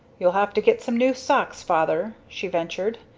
you'll have to get some new socks, father, she ventured,